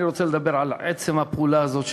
אני רוצה לדבר על עצם הפעולה הזאת,